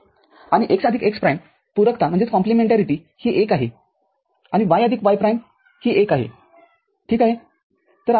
आणि x आदिक x prime पूरकता ही १ आहे आणि y आदिक y प्राईम पूरकता ही १ आहेठीक आहे